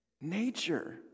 Nature